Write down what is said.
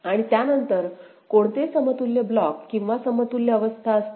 आणि त्यानंतर कोणते समतुल्य ब्लॉक किंवा समतुल्य अवस्था असतील